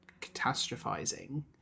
catastrophizing